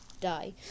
Die